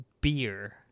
beer